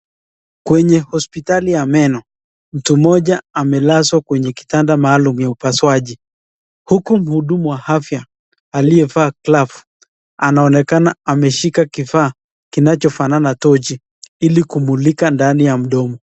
Kwenye hosipitali ya meno, mtu mmoja amelazwa kwenye kitanda maalum ya upasuaji. Huku muhudumu wa afya aliyevaa glavu anaonekana ameshika kifaa kinacho fanana tochili ili kumulika ndani ya mdomo.